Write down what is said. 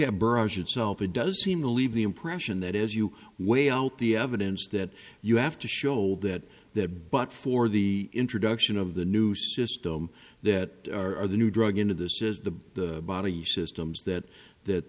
a barrage itself it does seem to leave the impression that as you weigh out the evidence that you have to show that that but for the introduction of the new system that the new drug into this is the body systems that that